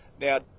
Now